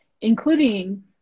including